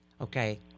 okay